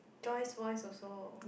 Joyce voice also